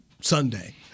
Sunday